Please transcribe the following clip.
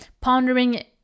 pondering